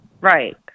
right